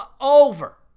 Over